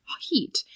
heat